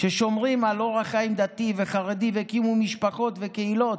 ששומרים על אורח חיים דתי וחרדי והקימו משפחות וקהילות.